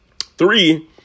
Three